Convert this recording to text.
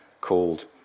called